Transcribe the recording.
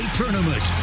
tournament